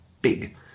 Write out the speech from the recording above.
big